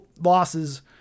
losses